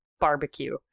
barbecue